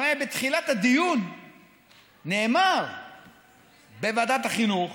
הרי בתחילת הדיון נאמר בוועדת החינוך